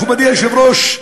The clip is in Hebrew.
מכובדי היושב-ראש,